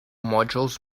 modules